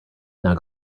now